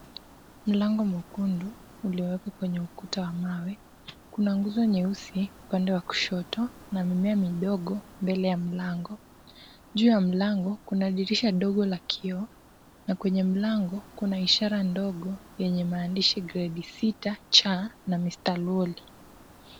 Mlango mwekundu iliyowekwa kwenye ukuta wa mawe. Kuna nguzo nyeusi upande wa kushoto na mimea midogo mbele ya mlango. Juu ya mlango kuna dirisha ndogo la kioo na kwenye mlango kuna ishara dogo yenye maandishi gredi sita C na Mr Lwoli.